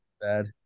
Bad